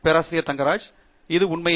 பேராசிரியர் ஆண்ட்ரூ தங்கராஜ் இது உண்மையே